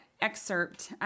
excerpt